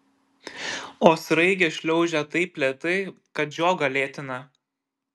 o sraigė šliaužia taip lėtai kad žiogą lėtina